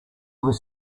was